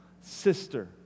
sister